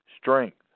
strength